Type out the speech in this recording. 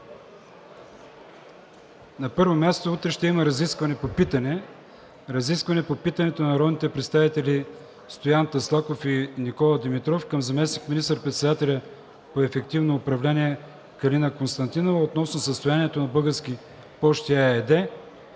разискване по питане. Разискване по питането на народните представители Стоян Таслаков и Никола Димитров към заместник министър-председателя по ефективно управление Калина Константинова относно състоянието на „Български пощи“ ЕАД